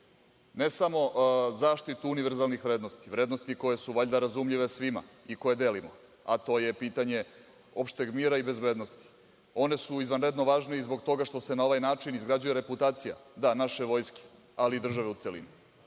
ne samo zaštitu univerzalnih vrednosti, vrednosti koje su valjda razumljive svima i koje delimo. To je pitanje opšteg mira i bezbednosti. One su važne i zbog toga što se na ovaj način izgrađuje reputacija naše vojske ali i države u celini.U